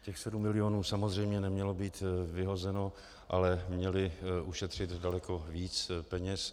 Těch 7 milionů samozřejmě nemělo být vyhozeno, ale měly ušetřit daleko víc peněz.